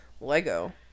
Lego